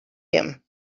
him